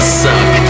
suck